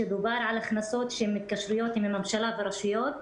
שדובר על הכנסות שהן מהתקשרויות עם הממשלה והרשויות,